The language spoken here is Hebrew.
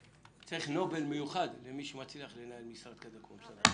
צריך פרס נובל מיוחד למי שמצליח לנהל משרד כזה כמו משרד החינוך.